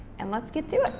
and let's get to it.